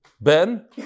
Ben